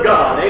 God